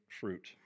fruit